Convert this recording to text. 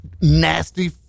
nasty